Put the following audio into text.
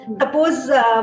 Suppose